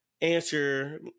answer